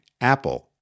APPLE